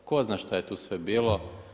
Tko zna šta je tu sve bilo.